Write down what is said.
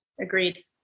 Agreed